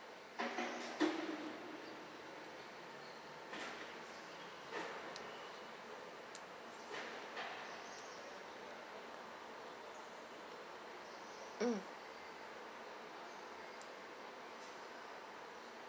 mm